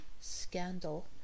scandal